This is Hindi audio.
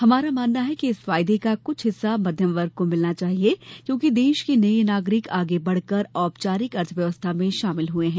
हमारा मानना है कि इस फायदे का कुछ हिस्सा मध्यम वर्ग को मिलना चाहिए क्योंकि देश के यह नागरिक आगे बढ़कर औपचारिक अर्थव्यवस्था में शामिल हुए हैं